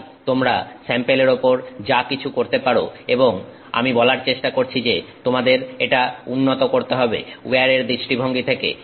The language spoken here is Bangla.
তাই তোমরা স্যাম্পেলের উপর যা কিছু করতে পারো এবং আমি বলার চেষ্টা করছি যে তোমাদের এটা উন্নত করতে হবে উইয়ারের দৃষ্টিভঙ্গি থেকে